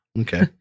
Okay